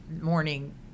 morning